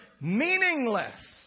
meaningless